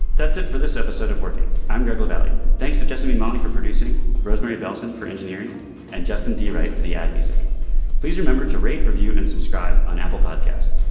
that's it for this episode of working. i'm greg de-value. thanks to jessamine molly for producing rosemary bellson for engineering and justin d write for the ah atv's. please remember to rate review and subscribe on apple podcast.